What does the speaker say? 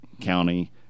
county